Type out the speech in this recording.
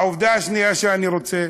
העובדה השנייה שאני רוצה,